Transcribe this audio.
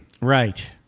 Right